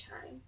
time